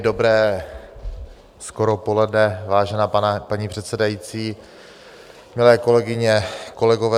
Dobré skoro poledne, vážená paní předsedající, milé kolegyně, kolegové.